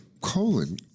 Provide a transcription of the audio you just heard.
colon